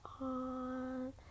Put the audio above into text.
On